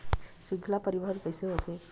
श्रृंखला परिवाहन कइसे होथे?